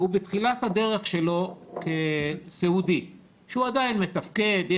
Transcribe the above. כשהוא בתחילת הדרך שלו כסיעודי והוא עדיין מתפקד,